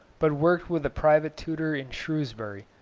but worked with a private tutor in shrewsbury,